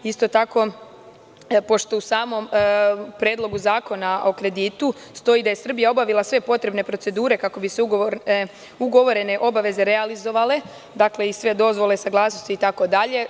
Isto tako, pošto u samom Predlogu zakona o kreditu stoji da je Srbija obavila sve potrebne procedure kako bi se ugovorene obaveze realizovale, dakle, i sve dozvole i saglasnosti itd.